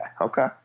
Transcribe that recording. okay